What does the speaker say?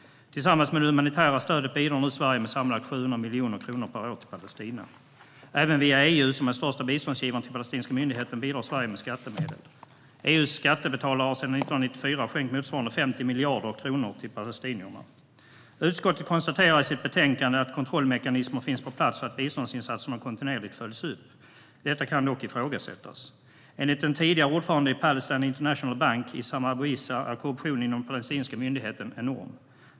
Tillsammans med det humanitära stödet bidrar Sverige nu med sammanlagt 700 miljoner kronor per år till Palestina. Även via EU, som är den största biståndsgivaren till den palestinska myndigheten, bidrar Sverige med skattemedel. EU:s skattebetalare har sedan 1994 skänkt motsvarande 50 miljarder kronor till palestinierna. Utskottet konstaterar i sitt betänkande att kontrollmekanismer finns på plats och att biståndsinsatserna kontinuerligt följs upp. Detta kan dock ifrågasättas. Enligt den tidigare ordföranden i Palestine International Bank, Issam Abu Issa, är korruptionen inom den palestinska myndigheten enorm.